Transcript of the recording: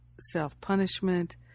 self-punishment